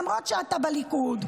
למרות שאתה בליכוד,